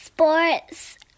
sports